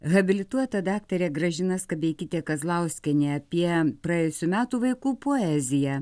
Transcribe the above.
habilituota daktarė gražina skabeikytė kazlauskienė apie praėjusių metų vaikų poeziją